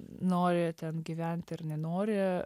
nori ten gyvent ir nenori